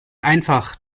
einfach